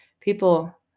people